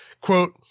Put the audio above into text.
quote